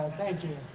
thank you.